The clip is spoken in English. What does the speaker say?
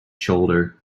shoulder